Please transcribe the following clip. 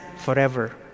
forever